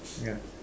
yeah